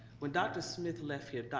when dr. smith left here, dr.